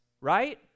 right